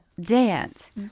dance